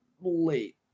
Late